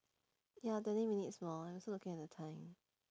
ya twenty minutes more I also looking at the time